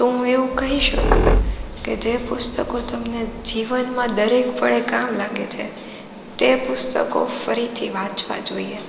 તો હું એવું કહી શકું કે જે પુસ્તકો તમને જીવનમાં દરેક પળે કામ લાગે છે તે પુસ્તકો ફરીથી વાંચવા જોઈએ